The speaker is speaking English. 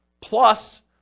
plus